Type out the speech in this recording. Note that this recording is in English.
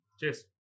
Cheers